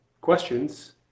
questions